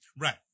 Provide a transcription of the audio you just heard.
right